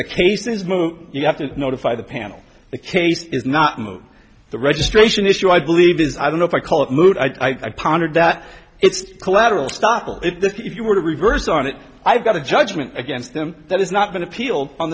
the case is moot you have to notify the panel the case is not moot the registration issue i believe is i don't know if i call it moot i pondered that it's collateral stop or if this if you were to reverse on it i've got a judgment against them that has not been appealed on